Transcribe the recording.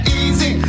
easy